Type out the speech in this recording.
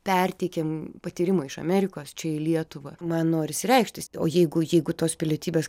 perteikiam patyrimo iš amerikos čia į lietuvą man norisi reikštis o jeigu jeigu tos pilietybės